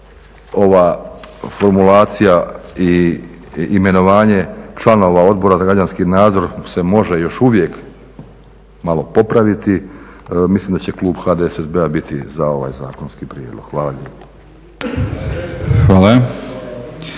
ova formulacija i imenovanje članova Odbora za građanski nadzor se može još uvijek malo popraviti, mislim da će klub HDSSB-a biti za ovaj zakonski prijedlog. Hvala lijepo.